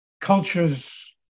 cultures